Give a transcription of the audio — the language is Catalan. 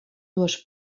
dues